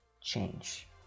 change